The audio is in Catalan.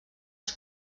els